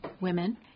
women